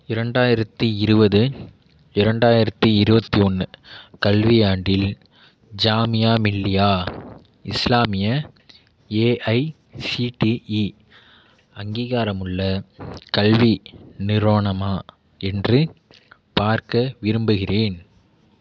இரண்டாயிரத்தி இருபது இரண்டாயிரத்தி இருபத்தி ஒன்று கல்வியாண்டில் ஜாமியா மில்லியா இஸ்லாமிய ஏஐசிடீஇ அங்கீகாரமுள்ள கல்வி நிறுவனமா என்று பார்க்க விரும்புகிறேன்